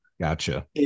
Gotcha